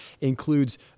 includes